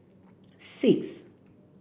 six